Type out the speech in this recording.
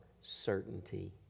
certainty